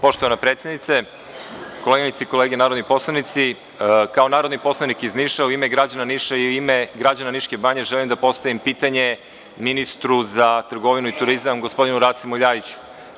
Poštovana predsednice, koleginice i kolege poslanici, kao narodni poslanik iz Niša, u ime građana Niša i Niške banje želim da postavim pitanje ministru za trgovinu i turizam, Rasimu Ljajiću.